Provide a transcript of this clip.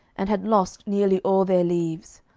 and had lost nearly all their leaves,